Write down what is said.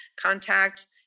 contact